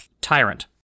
Tyrant